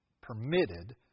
permitted